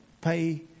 Pay